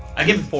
i give